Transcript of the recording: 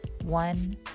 one